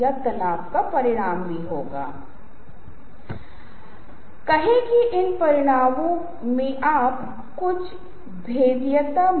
मैं एलन और Barbara Pease से कुछ छवियों ले रहा हूं लेकिन बाद में स्लाइड्स में अन्य छवियों की विविधता भी मिल जाएगी